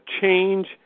change